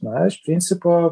na iš principo